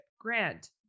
grant